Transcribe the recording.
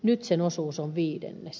nyt sen osuus on viidennes